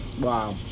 Wow